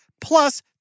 plus